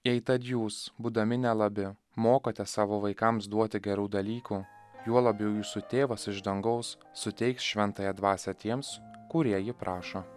jei tad jūs būdami nelabi mokate savo vaikams duoti gerų dalykų juo labiau jūsų tėvas iš dangaus suteiks šventąją dvasią tiems kurie jį prašo